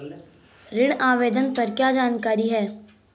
ऋण आवेदन पर क्या जानकारी है?